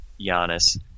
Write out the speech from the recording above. Giannis